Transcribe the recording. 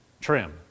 trim